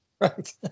Right